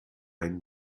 ein